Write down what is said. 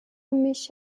mich